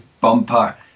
bumper